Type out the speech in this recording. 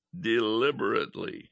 deliberately